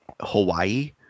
hawaii